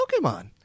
Pokemon